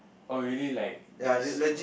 oh really like those